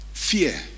Fear